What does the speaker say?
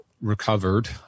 recovered